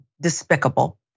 despicable